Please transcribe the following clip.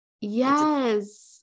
Yes